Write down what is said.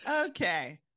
Okay